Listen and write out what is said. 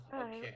okay